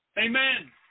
amen